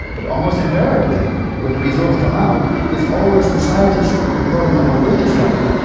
but almost invariably when the results come out it's always the scientists reporting on what they discovered.